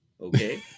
okay